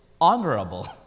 honorable